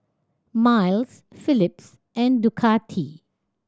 Miles Philips and Ducati